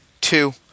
two